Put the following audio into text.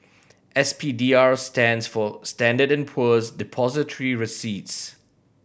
S P D R stands for Standard and Poor's Depository Receipts